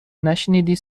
نشنیدی